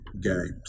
games